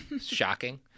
shocking